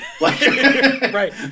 Right